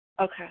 Okay